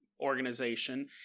organization